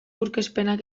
aurkezpenak